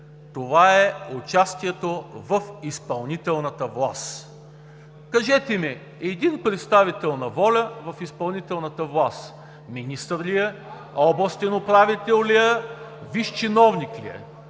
Това е участието в изпълнителната власт. Кажете ми един представител на ВОЛЯ в изпълнителната власт – министър ли е, областен управител ли е, висш чиновник ли е?